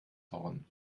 horn